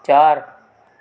चार